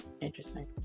Interesting